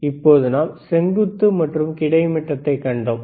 இப்போது நாம் செங்குத்து மற்றும் கிடைமட்டத்தை கண்டோம்